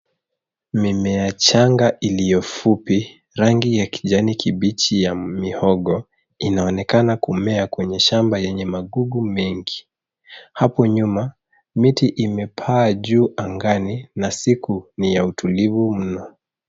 Mimea changa iliyo fupi. Rangi ya kijani kibichi ya mihogo, inaonekana kumea kwenye shamba yenye magugu mengi. Hapo nyuma miti imepaa juu angani na siku ni ya utulivu mno.